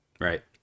right